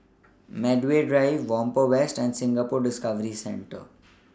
Medway Drive Whampoa West and Singapore Discovery Centre